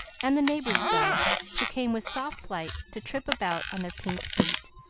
and the neighbors' doves, who came with soft flight to trip about on their pink feet,